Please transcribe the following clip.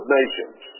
nations